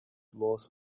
was